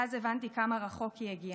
ואז הבנתי כמה רחוק היא הגיעה,